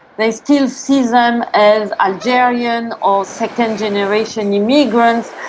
they still see them as algerian or second generation immigrants,